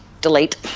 delete